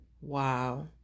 Wow